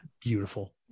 beautiful